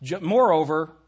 Moreover